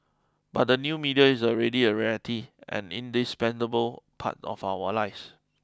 but the new media is already a reality and indispensable part of our lives